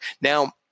Now